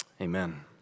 amen